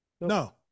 No